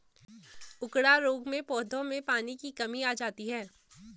उकडा रोग में पौधों में पानी की कमी आ जाती है